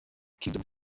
kingdom